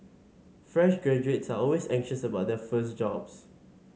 fresh graduates are always anxious about their first jobs